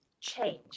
change